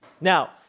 Now